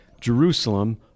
Jerusalem